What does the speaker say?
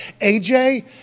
AJ